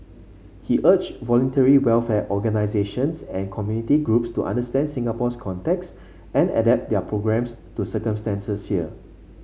he urged Voluntary Welfare Organisations and community groups to understand Singapore's context and adapt their programmes to circumstances here